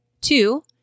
Two